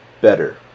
better